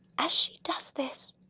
as she does this,